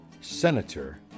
senator